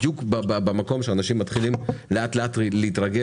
בדיוק במקום שאנשים מתחילים לאט-לאט להתרגל